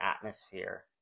atmosphere